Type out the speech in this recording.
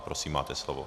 Prosím máte slovo.